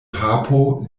papo